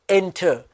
enter